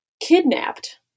kidnapped